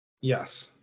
Yes